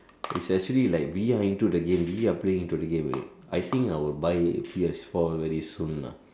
it's actually like we are into the game we are playing into the game already I think I will buy P_S four very soon ah